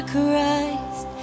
Christ